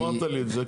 אמרת לי את זה.